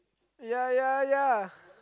ya ya ya